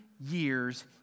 years